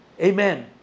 Amen